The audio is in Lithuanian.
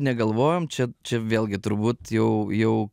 negalvojom čia čia vėlgi turbūt jau jau